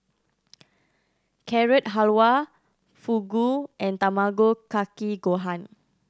Carrot Halwa Fugu and Tamago Kake Gohan